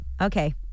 Okay